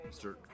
Mr